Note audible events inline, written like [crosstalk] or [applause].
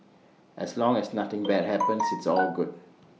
as long as nothing [noise] bad happens it's all good